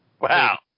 Wow